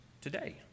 today